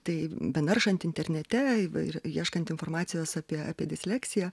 tai benaršant internete ir ieškant informacijos apie apie disleksiją